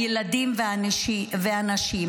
הילדים והנשים,